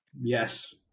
yes